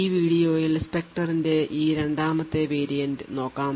ഈ വീഡിയോയിൽ സ്പെക്ടറിന്റെ ഈ രണ്ടാമത്തെ വേരിയന്റ് നോക്കാം